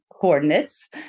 coordinates